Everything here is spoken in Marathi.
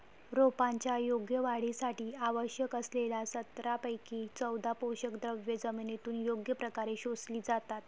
रोपांच्या योग्य वाढीसाठी आवश्यक असलेल्या सतरापैकी चौदा पोषकद्रव्ये जमिनीतून योग्य प्रकारे शोषली जातात